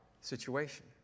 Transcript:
situation